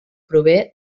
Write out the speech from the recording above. prové